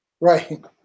Right